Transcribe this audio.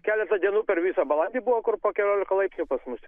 keletą dienų per visą balandį buvo kur po keliolika laipsnių pas mus